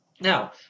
Now